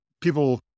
people